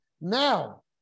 Now